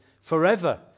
forever